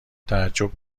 تعجب